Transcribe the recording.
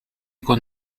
qu’on